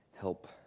Help